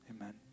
Amen